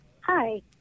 Hi